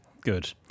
good